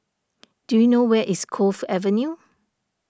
do you know where is Cove Avenue